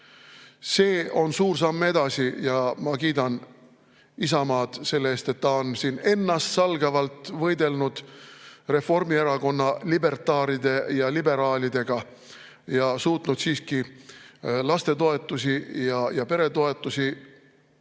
See on suur samm edasi ja ma kiidan Isamaad selle eest, et ta on ennastsalgavalt võidelnud Reformierakonna libertaaride ja liberaalidega ja suutnud siiski lastetoetusi ja peretoetusi